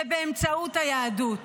ובאמצעות היהדות.